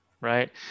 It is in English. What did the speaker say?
right